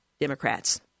Democrats